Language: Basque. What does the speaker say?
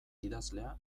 idazlea